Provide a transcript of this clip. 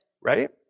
Right